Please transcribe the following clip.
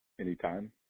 anytime